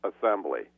assembly